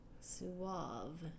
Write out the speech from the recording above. Suave